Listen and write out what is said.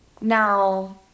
now